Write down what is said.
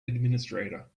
administrator